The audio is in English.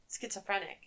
schizophrenic